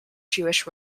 jewish